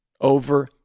over